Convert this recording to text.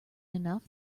enough